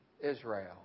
Israel